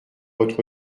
autre